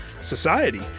society